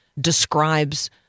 describes